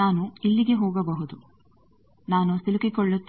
ನಾನು ಇಲ್ಲಿಗೆ ಹೋಗಬಹುದು ನಾನು ಸಿಲುಕಿಕೊಳ್ಳುತ್ತೇನೆ